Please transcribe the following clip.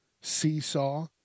seesaw